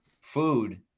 Food